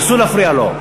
ואסור להפריע לו.